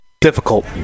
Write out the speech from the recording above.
difficult